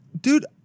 Dude